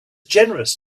generous